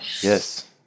Yes